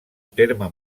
terme